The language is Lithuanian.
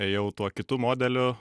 ėjau tuo kitu modeliu